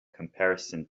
comparison